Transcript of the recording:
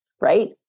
right